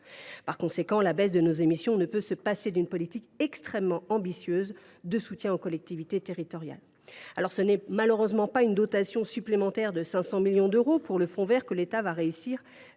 Par conséquent, la baisse de nos émissions ne peut se passer d’une politique extrêmement ambitieuse de soutien aux collectivités territoriales. Ce n’est malheureusement pas avec une dotation supplémentaire de 500 millions d’euros pour le fonds vert que l’État réussira